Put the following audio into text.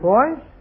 Boys